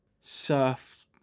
surf